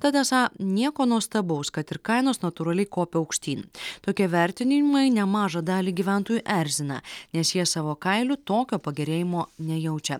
tad esą nieko nuostabaus kad ir kainos natūraliai kopia aukštyn tokie vertinimai nemažą dalį gyventojų erzina nes jie savo kailiu tokio pagerėjimo nejaučia